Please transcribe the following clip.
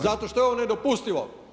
Zato što je ovo nedopustivo.